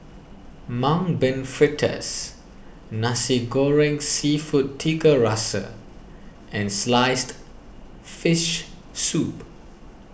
Mung Bean Fritters Nasi Goreng Seafood Tiga Rasa and Sliced Fish Soup